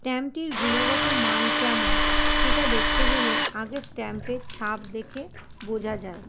স্ট্যাম্পটির গুণগত মান কেমন সেটা দেখতে গেলে আগে স্ট্যাম্পের ছাপ দেখে বোঝা যায়